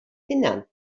hunan